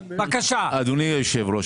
אדוני היושב ראש,